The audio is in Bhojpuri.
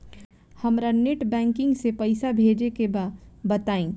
हमरा नेट बैंकिंग से पईसा भेजे के बा बताई?